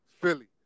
Philly